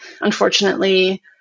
Unfortunately